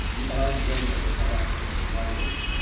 the armed wing of the pan africanist congress,